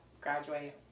graduate